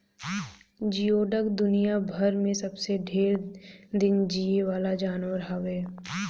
जियोडक दुनियाभर में सबसे ढेर दिन जीये वाला जानवर हवे